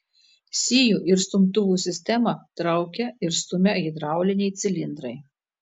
sijų ir stumtuvų sistemą traukia ir stumia hidrauliniai cilindrai